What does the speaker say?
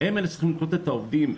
צריכים לקלוט את העובדים.